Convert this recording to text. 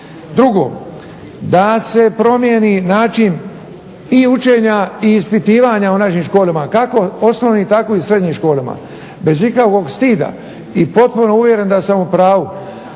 Drugo, da se promijeni način i učenja i ispitivanja u našim školama kako u osnovnim tako i u srednjim školama, bez ikakvog stida i popuno uvjeren da sam u pravu